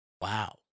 Wow